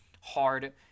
hard